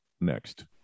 next